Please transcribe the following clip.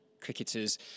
cricketers